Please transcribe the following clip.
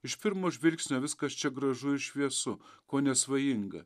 iš pirmo žvilgsnio viskas čia gražu ir šviesu kone svajinga